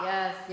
Yes